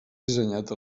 dissenyat